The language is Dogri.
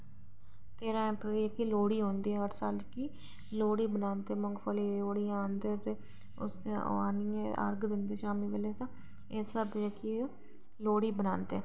तेरां अप्रैल गी जेह्की लोह्ड़ी औंदी हर साल गी लोह्ड़ी मनांदे ते मुंगफली ते रियोड़ियां आह्नदे ते ओह् आह्न्नियै अर्घ दिंदे शामीं बेल्लै तां ते इस स्हाबै दी ओह् लोह्ड़ी बनांदे